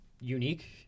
Unique